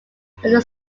often